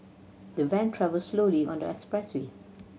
the van travelled slowly on the expressway